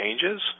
changes